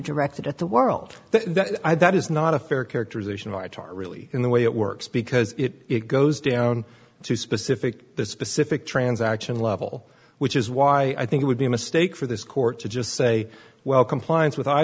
directed at the world that that is not a fair characterization of our target really in the way it works because it goes down to specific the specific transaction level which is why i think it would be a mistake for this court to just say well compliance with i